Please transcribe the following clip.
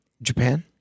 Japan